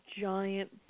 giant